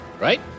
Right